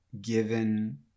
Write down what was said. given